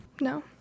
No